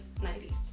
90s